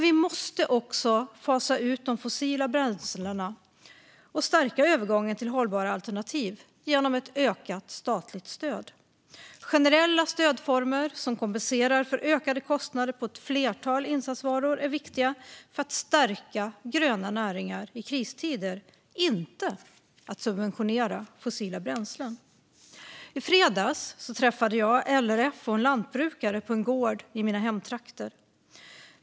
Vi måste dock också fasa ut de fossila bränslena och stärka övergången till hållbara alternativ genom ett ökat statligt stöd. Generella stödformer som kompenserar för ökade kostnader på ett flertal insatsvaror är viktiga för att stärka gröna näringar i kristider, inte att subventionera fossila bränslen. I fredags träffade jag LRF och en lantbrukare på en gård i mina hemtrakter.